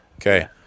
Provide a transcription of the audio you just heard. Okay